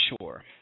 sure